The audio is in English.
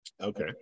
Okay